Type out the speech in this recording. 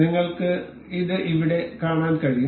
നിങ്ങൾക്ക് ഇത് ഇവിടെ കാണാൻ കഴിയും